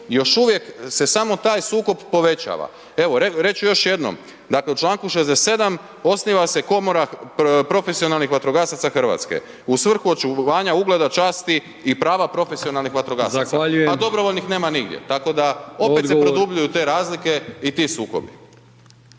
još uvijek se samo taj sukob povećava. Evo reći ću još jednom, dakle u čl. 67. osniva se komora profesionalnih vatrogasaca Hrvatske u svrhu očuvanja ugleda, časti i prava profesionalnih vatrogasaca. Pa dobrovoljnih nema nigdje, tako da opet se produbljuju te razlike i ti sukobi.